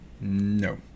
No